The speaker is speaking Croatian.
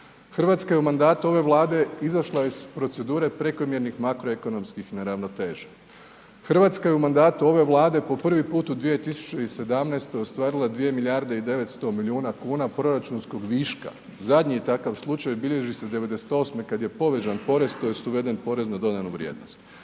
Hrvatska je u mandatu ove Vlade izašla iz procedure prekomjernih makroekonomskim neravnoteža, Hrvatska je u mandatu ove Vlade po prvi put u 2017. ostvarila 2 milijarde 900 milijuna kuna proračunskog viška, zadnji je takav bilježi se '98. kad je povećan porez tj. uveden porez na dodanu vrijednost.